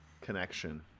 connection